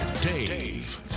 Dave